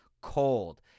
cold